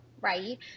Right